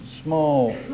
small